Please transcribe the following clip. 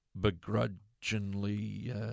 begrudgingly